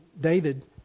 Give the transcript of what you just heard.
David